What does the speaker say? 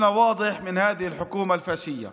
העמדה שלנו על הממשלה הפשיסטית